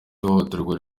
ihohoterwa